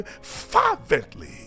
fervently